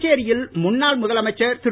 புதுச்சேரியில் முன்னாள் முதலமைச்சர் திரு